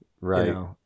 right